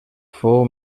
fou